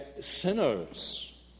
sinners